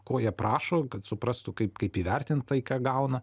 ko jie prašo kad suprastų kaip kaip įvertint tai ką gauna